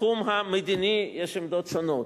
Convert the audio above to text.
בתחום המדיני יש עמדות שונות,